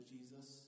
Jesus